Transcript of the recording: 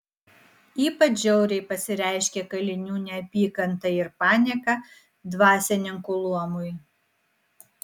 ypač žiauriai pasireiškė kalinių neapykanta ir panieka dvasininkų luomui